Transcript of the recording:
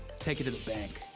take it to the bank.